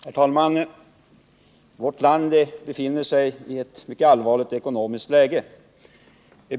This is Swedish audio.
Herr talman! Vårt land befinner sig i ett allvarligt ekonomiskt läge.